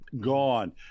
gone